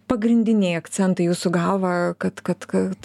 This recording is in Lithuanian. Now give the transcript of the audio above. pagrindiniai akcentai jūsų galva kad kad kad